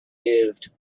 lived